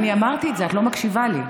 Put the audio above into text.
אני אמרתי את זה, את לא מקשיבה לי.